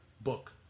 book